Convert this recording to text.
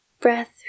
Breath